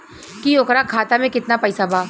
की ओकरा खाता मे कितना पैसा बा?